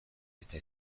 eta